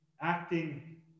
acting